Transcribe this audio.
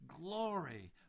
glory